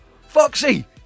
Foxy